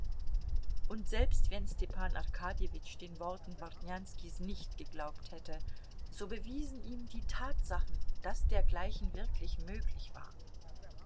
und selbst wenn stepan arkadjewitsch den worten bartnjanskis nicht geglaubt hätte so bewiesen ihm die tatsachen daß dergleichen wirklich möglich war